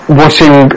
watching